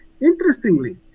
Interestingly